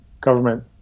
government